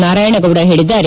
ನಾರಾಯಣಗೌಡ ಹೇಳಿದ್ದಾರೆ